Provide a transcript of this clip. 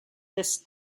this